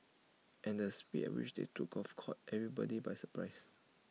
and the speed at which they took off caught everybody by surprise